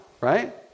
Right